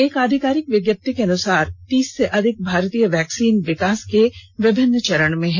एक आधिकारिक विज्ञप्ति के अनुसार तीस से अधिक भारतीय वैक्सीन विकास के विभिन्न चरण में हैं